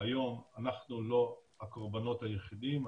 היום אנחנו לא הקורבנות היחידים,